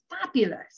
fabulous